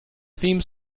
theme